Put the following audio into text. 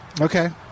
Okay